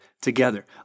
together